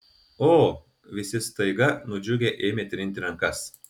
o visi staiga nudžiugę ėmė trinti rankas